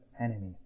enemy